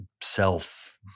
self